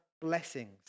blessings